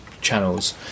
channels